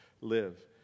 live